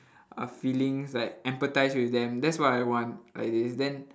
uh feelings like empathise with them that's what I want like this then